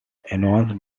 announced